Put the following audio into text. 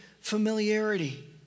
familiarity